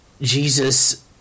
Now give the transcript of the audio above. Jesus